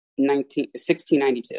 1692